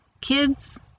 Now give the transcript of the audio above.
Kids